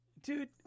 dude